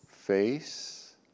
face